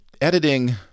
Editing